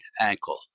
ankle